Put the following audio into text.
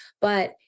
But-